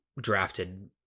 drafted